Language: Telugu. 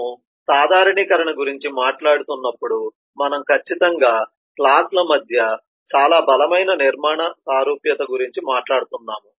మనము సాధారణీకరణ గురించి మాట్లాడుతున్నప్పుడు మనము ఖచ్చితంగా క్లాస్ ల మధ్య చాలా బలమైన నిర్మాణ సారూప్యత గురించి మాట్లాడుతున్నాము